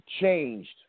changed